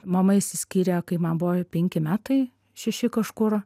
mama išsiskyrė kai man buvo penki metai šeši kažkur